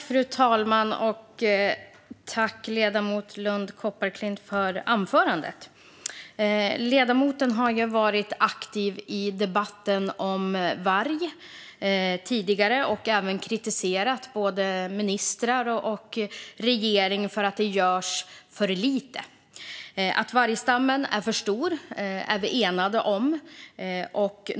Fru talman! Jag tackar ledamot Marléne Lund Kopparklint för anförandet. Ledamoten har varit aktiv i debatten om varg tidigare, och hon har kritiserat ministrar och regering för att det görs för lite. Att vargstammen är för stor är vi enade om.